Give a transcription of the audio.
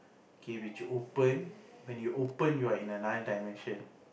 K which you open when you open you are in another dimension